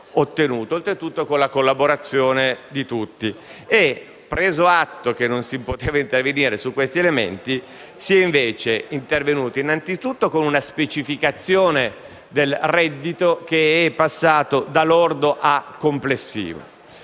ottenuto, oltretutto con la collaborazione di tutti. Preso atto che non si poteva intervenire su questi elementi, si è invece intervenuti anzitutto con una specificazione del reddito, che è passato da lordo a complessivo;